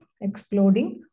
exploding